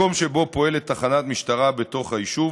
מקום שבו פועלת תחנת משטרה בתוך היישוב,